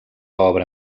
obra